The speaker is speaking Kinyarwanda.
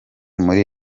muri